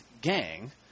gang